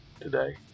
today